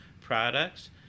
products